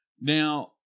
Now